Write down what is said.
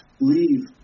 leave